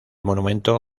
monumento